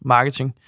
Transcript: Marketing